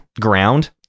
ground